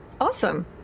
Awesome